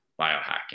biohacking